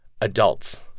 adults